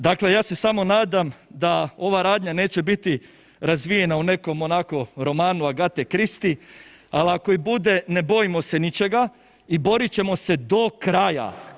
Dakle, ja se samo nadam da ova radnja neće biti razvijena u nekom onako romanu Agathe Christie, ali ako i bude, ne bojim se ničega i borit ćemo se do kraja.